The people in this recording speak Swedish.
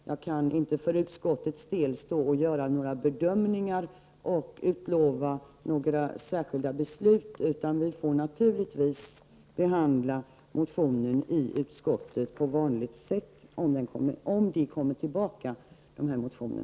Jag kan inte för utskottets del göra bedömningar och utlova några särskilda beslut, utan vi får naturligtvis behandla motionen i utskottet på vanligt sätt om den återkommer.